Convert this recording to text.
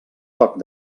toc